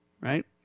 Right